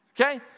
Okay